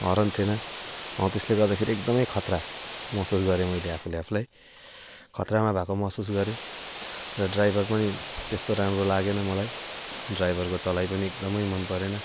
horn थिएन हौ त्यसले गर्दाखेरि एकदमै खतरा महसुस गरेँ मैले आफूले आफूलाई खतरामा भएको महसुस गरेँ र ड्राइभर पनि त्यस्तो राम्रो लागेन मलाई ड्राइभरको चलाइ पनि एकदमै मनपरेन